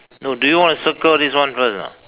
no do you want to circle this one first or not